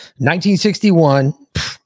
1961